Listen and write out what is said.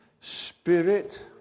spirit